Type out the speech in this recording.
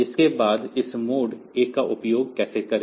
इसके बाद इस मोड 1 का उपयोग कैसे करें